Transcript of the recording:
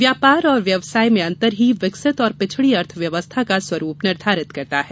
व्यापार और व्यवसाय में अंतर ही विकसित और पिछडी अर्थव्यवस्था का स्वरूप निर्धारित करता है